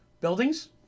buildings